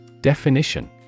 Definition